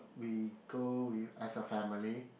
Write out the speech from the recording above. we go with as a family